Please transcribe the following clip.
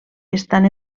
estan